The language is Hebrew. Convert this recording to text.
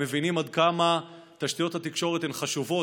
והם מבינים עד כמה תשתיות התקשורת הן חשובות,